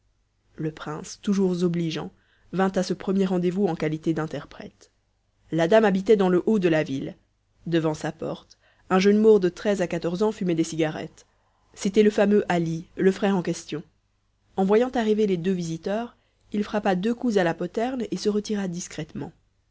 le prince toujours obligeant vint à ce premier rendez-vous en qualité d'interprète la dame habitait dans le haut de la ville devant sa porte un jeune maure de treize à quatorze ans fumait des cigarettes c'était le fameux ali le frère en question en voyant arriver les deux visiteurs il frappa deux coups à la poterne et se retira discrètement